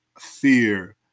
fear